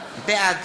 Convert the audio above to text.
בעד